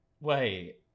Wait